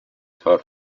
for